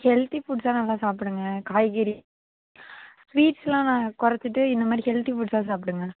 healthy ஃபுட்ஸ்ஸாக நல்லா சாப்பிடுங்க காய்கறி ஸ்வீட்ஸெல்லாம் குறைச்சிட்டு இந்தமாதிரி ஹெல்த்தி புட்ஸ்ஸாக சாப்பிடுங்க